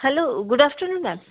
hello good afternoon ma'am